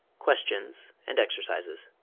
questions and exercises